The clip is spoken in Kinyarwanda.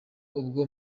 ubwo